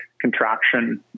contraction